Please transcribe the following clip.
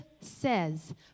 says